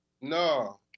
No